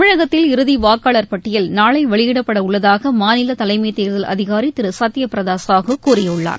தமிழகத்தில் இறுதி வாக்காளர் பட்டியல் நாளை வெளியிடப்பட உள்ளதாக மாநில தலைமை தேர்தல் அதிகாரி திரு சத்ய பிரதா சாஹூ கூறியுள்ளார்